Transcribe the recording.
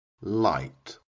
Light